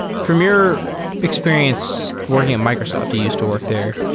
from your experience working at microsoft, you used to work there,